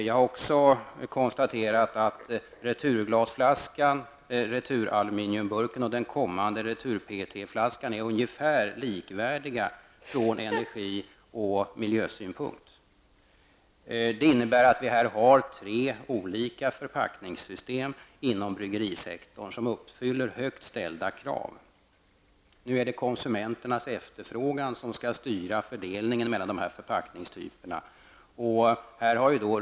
Jag har också konstaterat att returglasflaskan, returaluminiumburken och den kommande retur PET-flaskan är ungefär likvärdiga från energi och miljösynpunkt. Det innebär att vi har tre förpackningssystem inom bryggerisektorn vilka uppfyller högt ställda krav. Det är nu konsumenternas efterfrågan som skall styra fördelningen mellan dessa förpackningstyper.